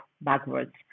backwards